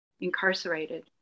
incarcerated